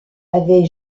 avait